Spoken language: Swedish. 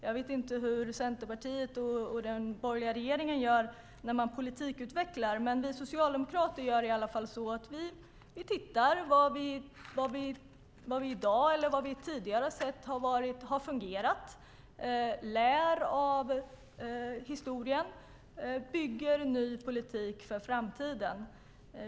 Jag vet inte hur Centerpartiet och den borgerliga regeringen gör när de politikutvecklar, men vi socialdemokrater gör i alla fall så att vi tittar på sådant som vi ser har fungerat tidigare. Vi lär av historien och bygger ny politik för framtiden.